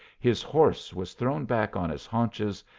his horse was thrown back on its haunches,